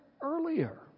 earlier